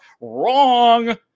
Wrong